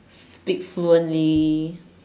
speak fluently